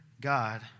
God